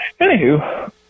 anywho